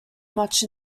much